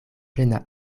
plena